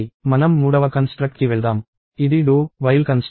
మనం మూడవ కన్స్ట్రక్ట్ కి వెళ్దాం ఇది డూ వైల్ కన్స్ట్రక్ట్